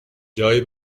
جایی